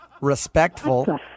Respectful